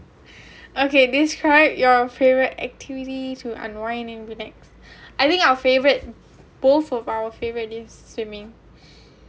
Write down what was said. okay describe your favourite activities to unwind and would like I think our favourite both of our favourite is swimming